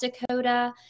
Dakota